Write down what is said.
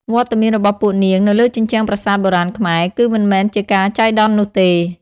វត្តមានរបស់ពួកនាងនៅលើជញ្ជាំងប្រាសាទបុរាណខ្មែរ គឺមិនមែនជាការចៃដន្យនោះទេ។